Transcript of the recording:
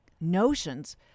notions